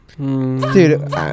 dude